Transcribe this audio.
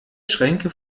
schränke